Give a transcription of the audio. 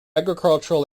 agricultural